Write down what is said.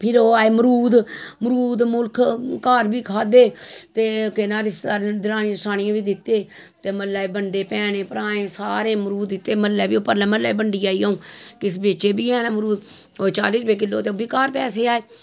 फिर ओह् आए मरूद मरूद मुल्ख घर बी खाद्धे ते केह् नां रिश्तेदारें दरानियें जठानियें बी दित्ते ते म्हल्लै बंडे भैनैं भ्राएं सारै मरूद दित्ते म्हल्लै बी परलै म्हल्लै बंडी आई अ'ऊं किश बेचे बी हैन मरूद चाली रपेऽ किलो ते ओह् बी घर पैहे आए